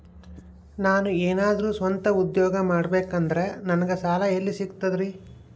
ನಾನು ಏನಾದರೂ ಸ್ವಂತ ಉದ್ಯೋಗ ಮಾಡಬೇಕಂದರೆ ನನಗ ಸಾಲ ಎಲ್ಲಿ ಸಿಗ್ತದರಿ?